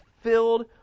filled